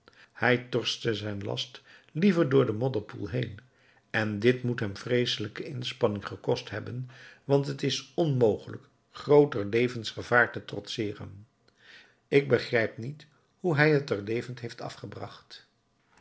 hij torste zijn last liever door den modderpoel heen en dit moet hem vreeselijke inspanning gekost hebben want t is onmogelijk grooter levensgevaar te trotseeren ik begrijp niet hoe hij t er levend heeft afgebracht